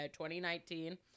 2019